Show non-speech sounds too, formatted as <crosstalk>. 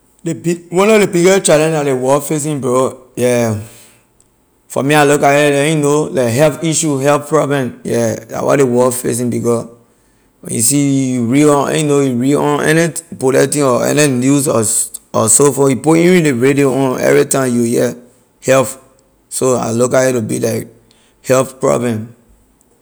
Ley bi- one of ley biggest challenge la ley world facing bro yeah for me I look at it like <hesitation> you know like health issue health problem yeah la what ley world facing because when you see you read on <hesitation> you know read on any bulletin or any news or so forth you put even the radio on every time you will hear health so I look at it to be like health problem.